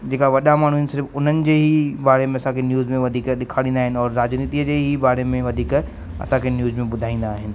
जेका वॾा माण्हू आहिनि सिर्फ़ु उन्हनि जे ही बारे में असांखे न्यूज़ में वधीक ॾेखारींदा आहिनि और राजनीतिअ जे ई बारे में वधीक असांखे न्यूज़ में ॿुधाईंदा आहिनि